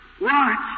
watch